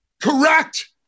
Correct